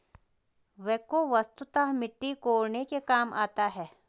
backhoe वस्तुतः मिट्टी कोड़ने के काम आता है